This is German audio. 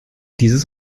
dieses